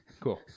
Cool